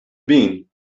been